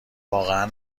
واقعا